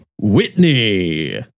whitney